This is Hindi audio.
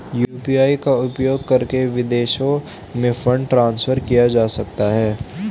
यू.पी.आई का उपयोग करके विदेशों में फंड ट्रांसफर किया जा सकता है?